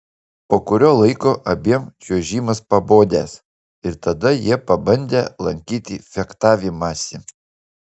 po kurio laiko abiem čiuožimas pabodęs ir tada jie pabandę lankyti fechtavimąsi